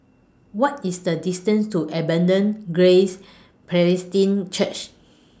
What IS The distance to Abundant Grace Presbyterian Church